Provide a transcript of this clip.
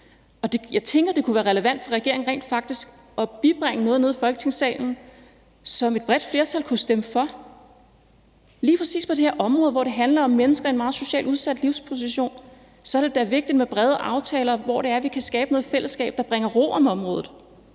Jeg tænker, det kunne være relevant for regeringen rent faktisk at bringe noget i Folketingssalen, som et bredt flertal kunne stemme for. Lige præcis på det her område, hvor det handler om mennesker i en meget socialt udsat livsposition, er det da vigtigt med brede aftaler, hvor vi kan skabe noget i fællesskab, der bringer ro om området